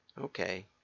okay